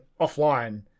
offline